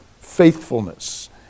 faithfulness